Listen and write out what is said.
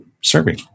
serving